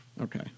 Okay